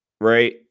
right